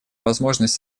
возможность